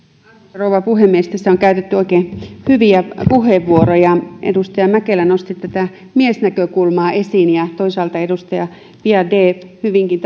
rouva puhemies tässä on käytetty oikein hyviä puheenvuoroja edustaja mäkelä nosti miesnäkökulmaa esiin ja toisaalta edustaja biaudet hyvinkin